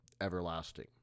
everlasting